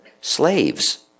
slaves